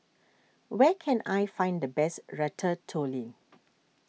where can I find the best Ratatouille